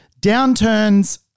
downturns